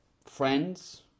Friends